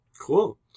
cool